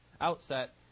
outset